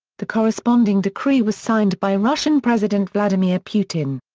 the corresponding decree was signed by russian president vladimir putin.